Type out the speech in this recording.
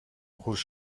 was